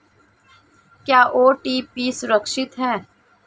क्या ओ.टी.पी सुरक्षित है?